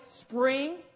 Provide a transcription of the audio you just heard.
spring